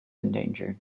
endangered